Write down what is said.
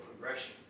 progression